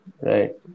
Right